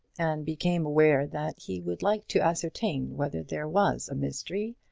and became aware that he would like to ascertain whether there was a mystery,